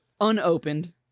unopened